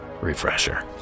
refresher